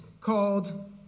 called